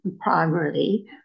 primarily